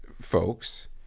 folks